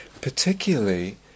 particularly